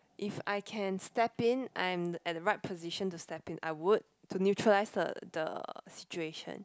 if I can step in I'm at a right position to step in I would to neutralize the the situation